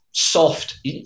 Soft